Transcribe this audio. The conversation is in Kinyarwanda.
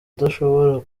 udashobora